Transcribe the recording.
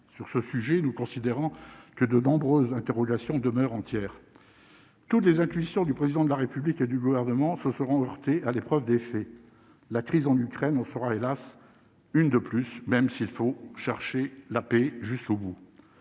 sur ce sujet, nous considérons que de nombreuses interrogations demeurent entières tous les accusations du président de la République et du gouvernement se sera heurtée à l'épreuve des faits, la crise en Ukraine, on sera hélas. Une de plus, même s'il faut chercher la paix jusqu'au bout,